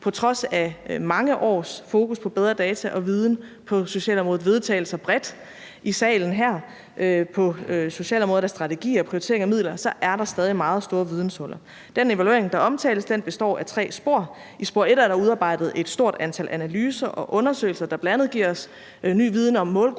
på trods af mange års fokus på bedre data og viden på socialområdet og vedtagelser bredt i salen her på socialområdet af strategier og prioriteringer af midler, så er der stadig meget store videnshuller. Den evaluering, der omtales, består af tre spor: I spor 1 er der udarbejdet et stort antal analyser og undersøgelser, der bl.a. giver os ny viden om målgrupper,